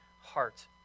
heart